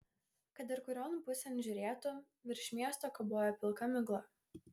kad ir kurion pusėn žiūrėtų virš miesto kabojo pilka migla